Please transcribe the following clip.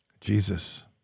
Jesus